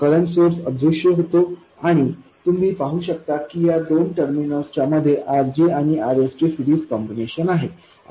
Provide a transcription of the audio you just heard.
हा current source अदृश्य होतो आणि तुम्ही पाहू शकता की या दोन टर्मिनल च्या मध्ये RG आणि Rs चे सिरीज कॉम्बिनेशन आहे